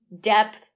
depth